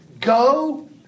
Go